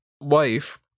wife